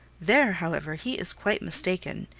there, however, he is quite mistaken.